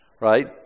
right